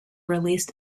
released